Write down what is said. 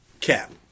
Cap